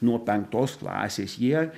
nuo penktos klasės jie